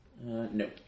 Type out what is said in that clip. No